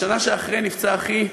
בשנה שאחרי נפצע אחי,